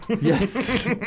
Yes